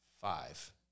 five